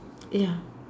ya